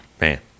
Man